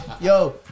Yo